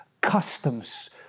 customs